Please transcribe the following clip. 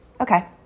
Okay